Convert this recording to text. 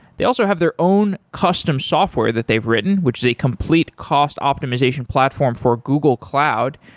they also have their own custom software that they've written, which is a complete cost optimization platform for google cloud,